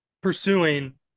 pursuing